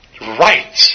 right